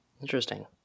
Interesting